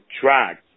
tracks